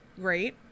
great